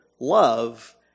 love